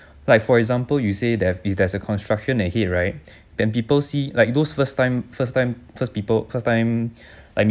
like for example you say that if there's a construction ahead right then people see like those first time first time first people first time like